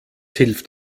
hilft